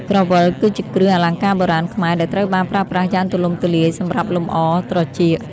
ក្រវិល គឺជាគ្រឿងអលង្ការបុរាណខ្មែរដែលត្រូវបានប្រើប្រាស់យ៉ាងទូលំទូលាយសម្រាប់លម្អ ត្រចៀក។